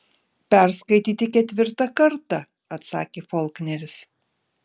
perskaityti ketvirtą kartą atsakė faulkneris